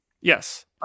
yes